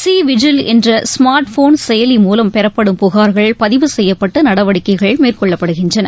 C vigil என்ற smart phone செயலி மூலம் பெறப்படும் புகார்கள் பதிவு செய்யப்பட்டு நடவடிக்கைகள் மேற்கொள்ளப்படுகின்றன